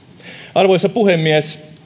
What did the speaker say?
arvoisa puhemies